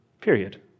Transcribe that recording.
period